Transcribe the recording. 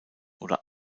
oder